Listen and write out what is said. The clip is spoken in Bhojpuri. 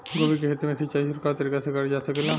गोभी के खेती में सिचाई छिड़काव तरीका से क़रल जा सकेला?